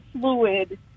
fluid